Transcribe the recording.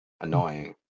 annoying